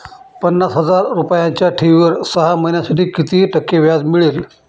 पन्नास हजार रुपयांच्या ठेवीवर सहा महिन्यांसाठी किती टक्के व्याज मिळेल?